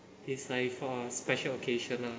it's like for a special occasion ah